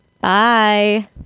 Bye